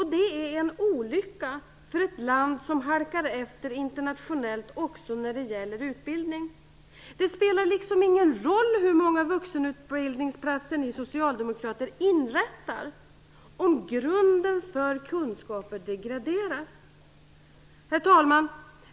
Det är en olycka för ett land som halkar efter internationellt också när det gäller utbildning. Det spelar liksom ingen roll hur många vuxenutbildningsplatser ni socialdemokrater inrättar, om grunden för kunskaper degraderas. Herr talman!